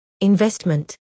investment